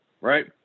right